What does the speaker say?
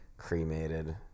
cremated